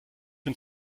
den